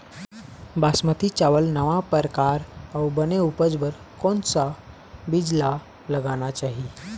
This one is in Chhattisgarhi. बासमती चावल नावा परकार अऊ बने उपज बर कोन सा बीज ला लगाना चाही?